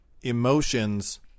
Emotions